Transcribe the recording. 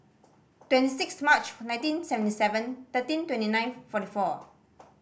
twenty six March nineteen seventy seven thirteen twenty nine forty four